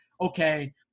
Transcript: okay